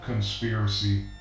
Conspiracy